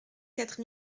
quatre